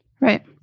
Right